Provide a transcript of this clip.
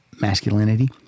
masculinity